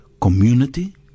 community